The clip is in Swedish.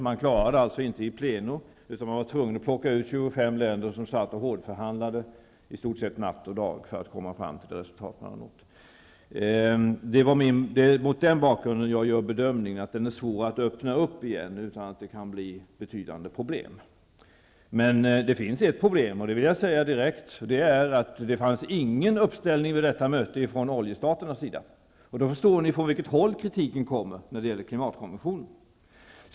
Man klarade alltså inte av det in pleno, utan man var tvungen att plocka ut 25 länder som sedan satt och hårdförhandlade i stort sett natt och dag för att komma fram till det resultat man nu har uppnått. Det är mot den bakgrunden jag gör bedömningen att konventionen är svår att på nytt öppna för förändringar utan att det därmed uppstår betydande problem. Det finns emellertid ett problem, det vill jag säga direkt, nämligen att det vid detta möte inte fanns någon uppslutning från oljestaternas sida. Då förstår ni från vilket håll kritiken mot klimatkonventionen kommer.